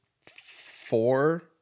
four